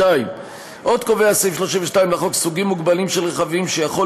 2. עוד קובע סעיף 32 לחוק סוגים מוגבלים של רכבים שיכול